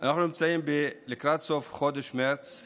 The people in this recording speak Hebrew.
אנחנו נמצאים, לקראת סוף חודש מרץ,